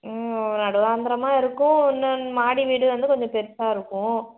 ம் நடுவாந்தரமாக இருக்கும் இன்னொன்று மாடி வீடு வந்து கொஞ்சம் பெருசாக இருக்கும்